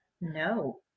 No